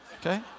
okay